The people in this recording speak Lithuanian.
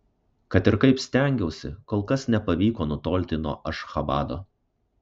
kad ir kaip stengiausi kol kas nepavyko nutolti nuo ašchabado